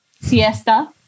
siesta